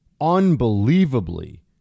unbelievably